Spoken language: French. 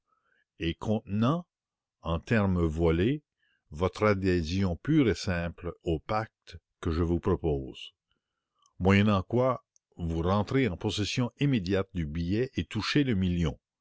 et contenant en termes voilés votre adhésion pure et simple au pacte que je vous propose moyennant quoi vous rentrez en possession immédiate du billet et touchez le million